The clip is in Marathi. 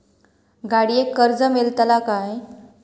गाडयेक कर्ज मेलतला काय?